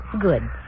Good